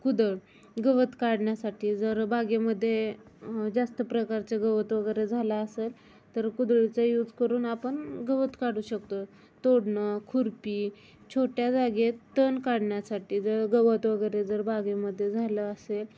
कुदळ गवत काढण्यासाठी जर बागेमध्ये जास्त प्रकारचं गवत वगैरे झालं असंल तर कुदळीचा यूज करून आपण गवत काढू शकतो तोडणं खुरपी छोट्या जागेत तण काढण्यासाठी जर गवत वगैरे जर बागेमध्ये झालं असेल